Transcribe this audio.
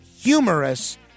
humorous